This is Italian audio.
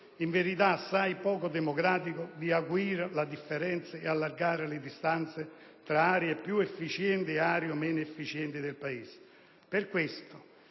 in verità assai poco democratico, di acuire le differenze e allargare le distanze tra aree più efficienti e aree meno efficienti del Paese. Per questo,